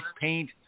paint